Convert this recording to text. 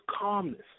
calmness